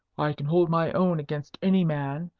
i can hold my own against any man,